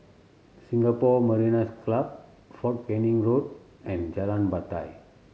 Singapore Mariners' Club Fort Canning Road and Jalan Batai